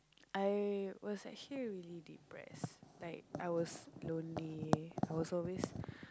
I was actually really depressed like I was lonely I was always